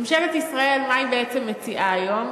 ממשלת ישראל, מה היא בעצם מציעה היום?